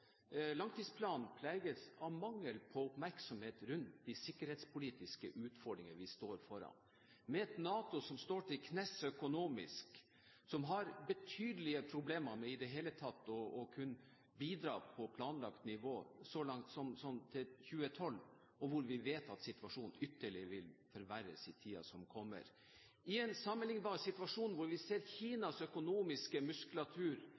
langtidsplanen preges av mangel på oppmerksomhet rundt de sikkerhetspolitiske utfordringer vi står foran, med et NATO som står til knes økonomisk og har betydelige problemer med i det hele tatt å kunne bidra på planlagt nivå så langt som til 2012. Vi vet at situasjonen vil forverres ytterligere i tiden som kommer. I en sammenlignbar situasjon ser vi